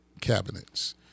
cabinets